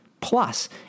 plus